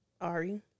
Ari